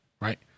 right